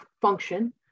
function